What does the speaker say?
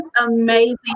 amazing